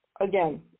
again